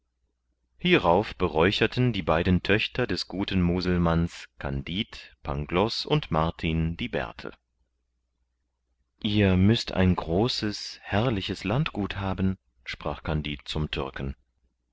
hierauf beräucherten die beiden töchter des guten muselmanns kandid pangloß und martin die bärte ihr müßt ein großes herrliches landgut haben sprach kandid zum türken